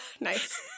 Nice